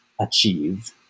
achieve